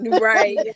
Right